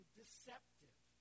deceptive